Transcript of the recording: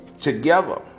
Together